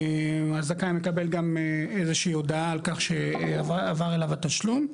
הזכאי מקבל גם איזושהי הודעה על כך שעבר אליו התשלום,